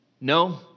No